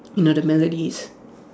in other melodies